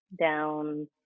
down